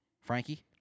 Frankie